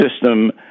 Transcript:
system